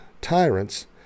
tyrants